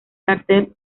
cartel